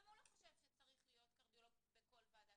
גם הוא לא חושב שצריך להיות קרדיולוג בכל ועדה,